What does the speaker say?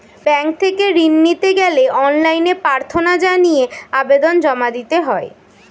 bank থেকে ঋণ নিতে গেলে অনলাইনে প্রার্থনা জানিয়ে আবেদন জমা দিতে হয়